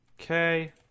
Okay